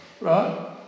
Right